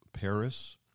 Paris